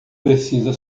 precisa